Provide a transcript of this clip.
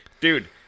Dude